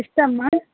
yes అమ్మా